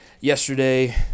yesterday